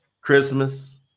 Christmas